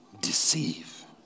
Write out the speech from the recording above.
deceive